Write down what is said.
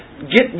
get